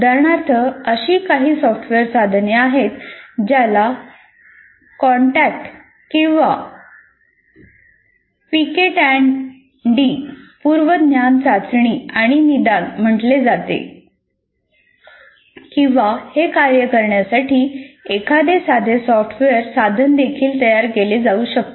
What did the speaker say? उदाहरणार्थ अशी काही सॉफ्टवेअर साधने आहेत ज्याला कॉन्टॅक्ट किंवा PKTandD म्हटले जाते किंवा हे कार्य करण्यासाठी एखादे साधे सॉफ्टवेअर साधनदेखील तयार केले जाऊ शकते